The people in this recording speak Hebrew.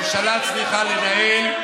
ממשלה צריכה לנהל,